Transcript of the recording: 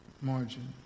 Margin